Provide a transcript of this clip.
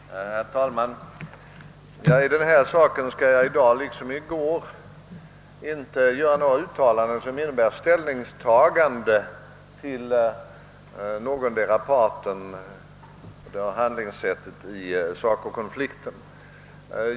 Herr talman! I den här saken skall jag i dag liksom i går inte göra några uttalanden som innebär ställningstagande till någondera partens handlingssätt i SACO-konflikten.